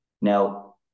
Now